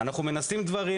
אנחנו מנסים דברים,